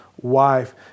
wife